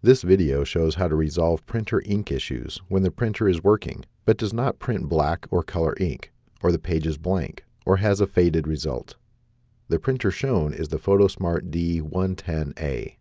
this video shows how to resolve printer ink issues when the printer is working but does not print black or color ink or the pages blank or has a faded result the printer shown is the photosmart d one ten a